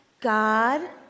God